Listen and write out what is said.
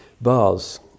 bars